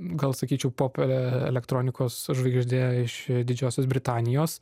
gal sakyčiau pop elektronikos žvaigždė iš didžiosios britanijos